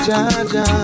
Jaja